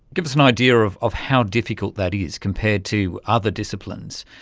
give us an idea of of how difficult that is compared to other disciplines.